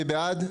מי בעד?